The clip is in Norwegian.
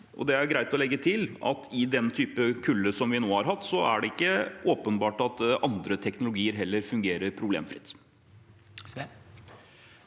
det er greit å legge til, at i den typen kulde som vi nå har hatt, er det ikke åpenbart at andre teknologier heller fungerer problemfritt.